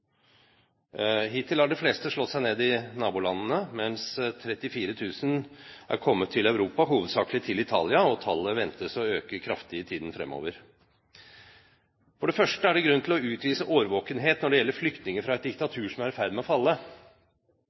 Hittil har de fleste slått seg ned i nabolandene, mens 34 000 er kommet til Europa, hovedsakelig til Italia, og tallet ventes å øke kraftig i tiden fremover. For det første er det grunn til å utvise årvåkenhet når det gjelder flyktninger fra et diktatur som er i ferd med å falle.